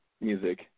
music